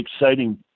exciting